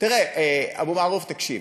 תראה, אבו מערוף, תקשיב.